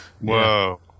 Whoa